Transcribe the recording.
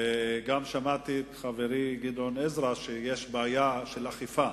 וגם שמעתי את חברי גדעון עזרא אומר שיש בעיה של אכיפה